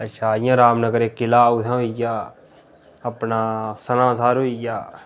अच्छा जियां रामनगर एक्क किला उत्थै होई गेआ अपना सनासर होई गेआ